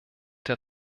der